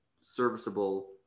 serviceable